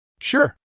Sure